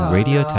Radio